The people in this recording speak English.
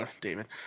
David